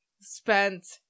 spent